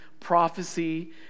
prophecy